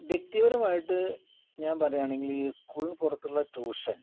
വ്യക്തിപരമായിട്ട് ഞാൻ പറയുകയാണെങ്കില് ഈ സ്കൂളിന് പുറത്തുള്ള ട്യൂഷൻ